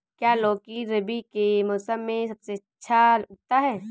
क्या लौकी रबी के मौसम में सबसे अच्छा उगता है?